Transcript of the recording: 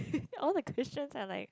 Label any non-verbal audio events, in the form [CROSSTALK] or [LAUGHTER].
[LAUGHS] all the questions are like